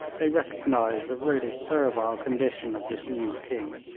they recognised the really servile condition of this new king.